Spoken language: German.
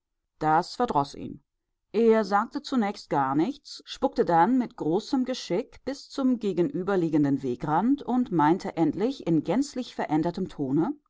das verdroß ihn er sagte zunächst gar nichts spuckte dann mit großem geschick bis zum gegenüberliegenden wegrand und meinte endlich in gänzlich verändertem tone